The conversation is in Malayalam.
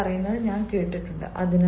പലരും പറയുന്നത് ഞാൻ കേട്ടിട്ടുണ്ട്